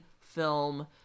film